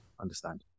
understand